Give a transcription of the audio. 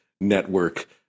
network